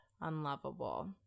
unlovable